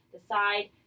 decide